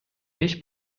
беш